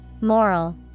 Moral